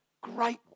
Great